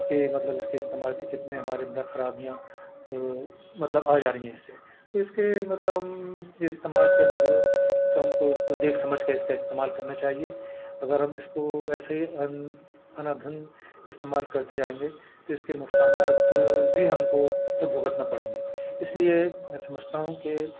کہ مطلب اس کے استعمال کے کتنے ہمارے اندر خرابیاں مطلب آ جا رہی ہیں اس سے تو اس کے مطلب جو استعمال کے اندر تو ہم کو اس کو دیکھ سمجھ کے اس کا استعمال کرنا چاہیے اگر ہم اس کو ایسے ہی استعمال کرتے جائیں گے تو اس کے نقصانات بھی ہم کو پھر بھگتنا پڑیں گے اس لیے میں سمجھتا ہوں کہ